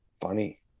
funny